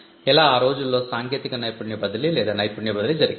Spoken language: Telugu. ఇలా ఆ రోజుల్లో సాంకేతిక నైపుణ్య బదిలీ లేదా నైపుణ్య బదిలీ జరిగేది